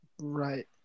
Right